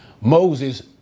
Moses